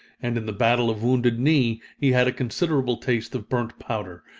and in the battle of wounded knee he had a considerable taste of burnt powder,